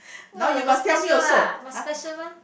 !wah! got special lah must special one